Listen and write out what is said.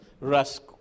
rusk